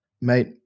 mate